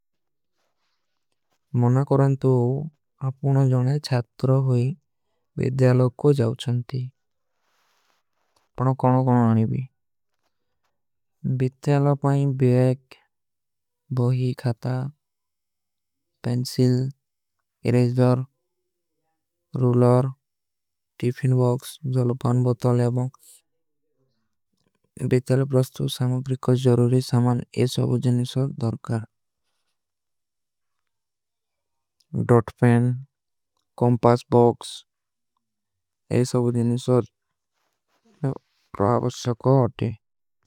ମନା କରାଂତୋ ଆପକୋ ଜନେ ଚାତ୍ରୋ ହୋଈ ଵିଦ୍ଧ୍ଯାଲୋ କୋ ଜାଉଚନ ଥୀ। ପର କଣ କଣ ଆନେବୀ ଵିଦ୍ଧ୍ଯାଲୋ ପାଈଂବେକ, ବହୀ, ଖାତା, pencil. Eraser, ruler, tiffin box, ଜଲପନ, ବତଲ, ଏବଂକ୍ସ। ଵିଦ୍ଧ୍ଯାଲୋ ପ୍ରସ୍ତୁ ସାମଵ୍ରିକ ଜରୂରୀ ସାମାନ ଏସା ଉଜେନିଷର ଦର୍କର। ଡଟଫେନ, କଂପାସ, ବକ୍ସ, ଏସା ଉଜେନିଷର, ପ୍ରାଵସ୍ଯକୋଟୀ।